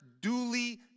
duly